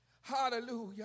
Hallelujah